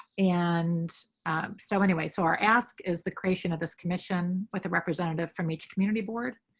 and so anyway, so are asked is the creation of this commission with a representative from each community board.